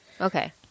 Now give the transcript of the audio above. Okay